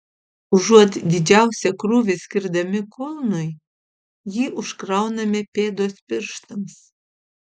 užuot didžiausią krūvį skirdami kulnui jį užkrauname pėdos pirštams